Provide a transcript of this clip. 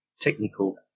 technical